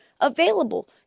available